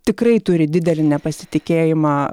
tikrai turi didelį nepasitikėjimą